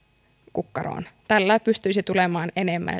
kukkaroon tällä pystyisi tulemaan enemmän